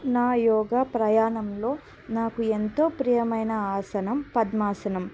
నా యోగ ప్రయాణంలో నాకు ఎంతో ప్రియమైన ఆసనం పద్మాసనం